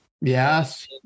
Yes